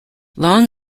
long